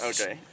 Okay